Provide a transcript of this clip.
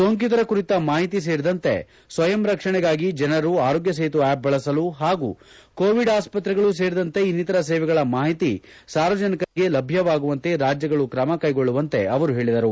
ಸೋಂಕಿತರ ಕುರಿತ ಮಾಹಿತಿ ಸೇರಿದಂತೆ ಸ್ವಯಂ ರಕ್ಷಣೆಗಾಗಿ ಜನರು ಆರೋಗ್ಯ ಸೇತು ಆಪ್ ಬಳಸಲು ಹಾಗೂ ಕೋವಿಡ್ ಆಸ್ಪತ್ರೆಗಳು ಸೇರಿದಂತೆ ಇನ್ನಿತರ ಸೇವೆಗಳ ಮಾಹಿತಿ ಸಾರ್ವಜನಿಕರಿಗೆ ಲಭ್ಯವಾಗುವಂತೆ ರಾಜ್ಯಗಳು ಕ್ರಮಕ್ಶೆಗೊಳ್ಳುವಂತೆ ಅವರು ಹೇಳಿದರು